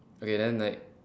okay then like